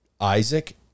Isaac